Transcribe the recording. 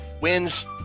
wins